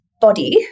Body